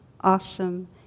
awesome